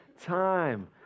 time